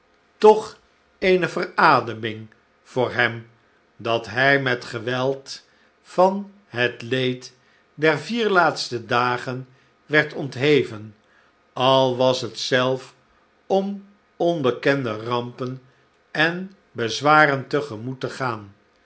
toch eene verademing voor hem dat hij met geweld van het leed der vier laatste dagen werd ontheven al was het zelf om onbekende rampen en bezwaren te gemoet te gaan